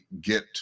get